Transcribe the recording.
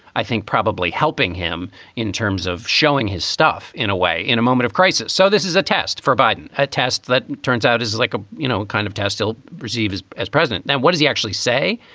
i think, probably helping him in terms of showing his stuff in a way in a moment of crisis. so this is a test for biden, a test that turns out is is like a, you know, kind of test still received as as president. now, what does he actually say?